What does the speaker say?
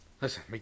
Listen